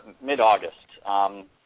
mid-August